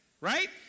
right